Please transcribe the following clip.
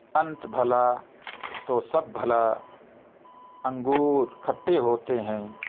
انت بھلا تو سب بھلا انگور کھٹے ہوتے ہیں